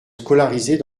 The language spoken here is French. scolarisés